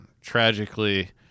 tragically